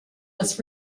was